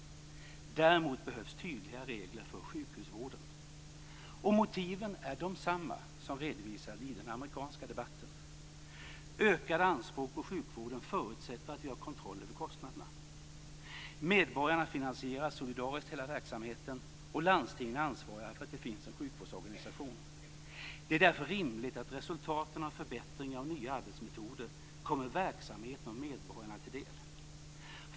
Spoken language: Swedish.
Däremot behövs tydliga regler för sjukhusvården. Och motiven är de samma som redovisas i den amerikanska debatten: Ökade anspråk på sjukvården förutsätter att vi har kontroll på kostnaderna. Medborgarna finansierar solidariskt hela verksamheten, och landstingen är ansvariga för att det finns en sjukvårdsorganisation. Det är därför rimligt att resultaten av förbättringar och nya arbetsmetoder kommer verksamheten och medborgarna till del.